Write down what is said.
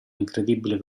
incredibile